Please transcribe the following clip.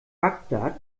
bagdad